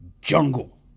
jungle